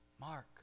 Mark